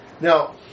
Now